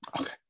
Okay